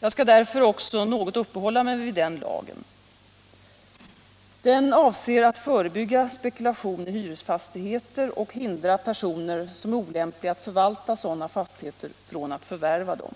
Jag skall därför också något uppehålla mig vid den lagen. Den avser att förebygga spekulation i hyresfastigheter och hindra personer som är olämpliga att förvalta sådana fastigheter från att förvärva dem.